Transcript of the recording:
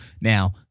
Now